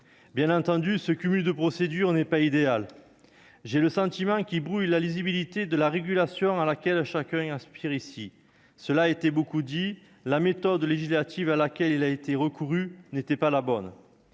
! Certes, le cumul de procédures n'est pas idéal. J'ai le sentiment qu'il brouille la lisibilité de la régulation, à laquelle chacun aspire ici. Cela a été beaucoup dit : la méthode législative à laquelle il a été recouru n'était pas la bonne.